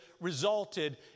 resulted